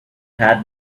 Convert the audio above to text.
had